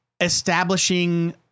establishing